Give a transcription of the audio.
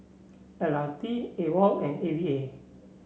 L R T AWOL and A V A